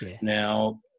Now